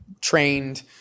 trained